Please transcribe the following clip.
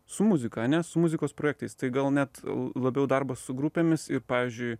su muzika ane su muzikos projektais tai gal net labiau darbas su grupėmis ir pavyzdžiui